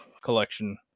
collection